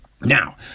Now